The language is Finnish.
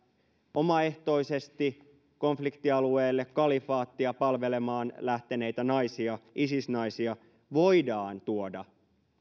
omaehtoisesti konfliktialueelle kalifaattia palvelemaan lähteneitä naisia isis naisia voidaan tuoda